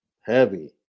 Heavy